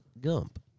Gump